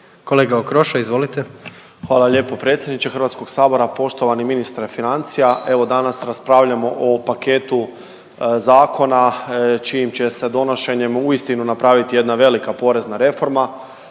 **Okroša, Tomislav (HDZ)** Hvala lijepo predsjedniče Hrvatskog sabora. Poštovani ministre financije, evo danas raspravljamo o paketu zakona čijim će se donošenjem uistinu napraviti jedna velika porezna reforma,